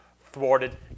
thwarted